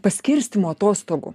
paskirstymo atostogų